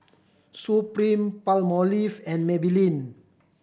Supreme Palmolive and Maybelline